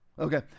Okay